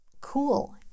cool